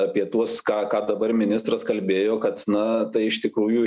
apie tuos ką ką dabar ministras kalbėjo kad na tai iš tikrųjų